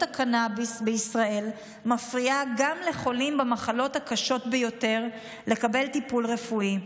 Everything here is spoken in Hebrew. הקנביס בישראל מפריעה גם לחולים במחלות הקשות ביותר לקבל טיפול רפואי.